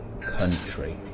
country